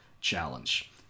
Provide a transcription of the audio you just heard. challenge